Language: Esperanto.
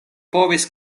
povis